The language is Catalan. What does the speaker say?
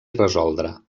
resoldre